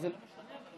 טוב.